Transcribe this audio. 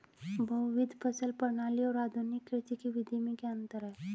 बहुविध फसल प्रणाली और आधुनिक कृषि की विधि में क्या अंतर है?